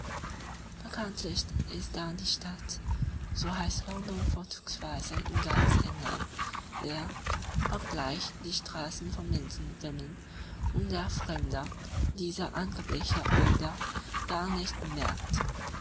bekanntlich ist dann die stadt so heißt london vorzugsweise in ganz england leer obgleich die straßen von menschen wimmeln und der fremde diese angebliche öde gar nicht bemerkt